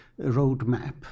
roadmap